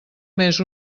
més